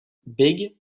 beg